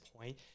point